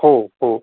हो हो